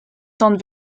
temps